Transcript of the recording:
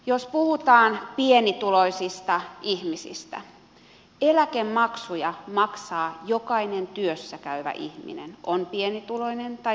jos puhutaan pienituloisista ihmisistä eläkemaksuja maksaa jokainen työssä käyvä ihminen on pienituloinen tai suurituloinen